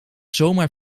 zomaar